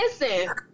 listen